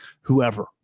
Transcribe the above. whoever